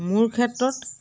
মোৰ ক্ষেত্ৰত